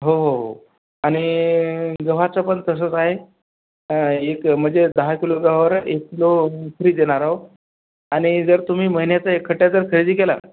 हो हो हो आणि गव्हाचं पण तसंच आहे एक म्हणजे दहा किलो गव्हावर एक किलो फ्री देणार आहोत आणि जर तुम्ही महिन्याचं इकठ्ठा जर खरेदी केला